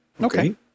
Okay